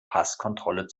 passkontrolle